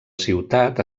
ciutat